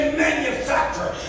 manufacture